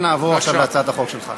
אנא עבור להצעת החוק שלך.